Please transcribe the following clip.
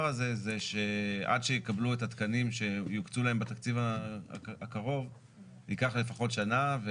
הזה זה שעד שיקבלו את התקנים שיוקצו להם בתקציב הקרוב ייקח לפחות שנה.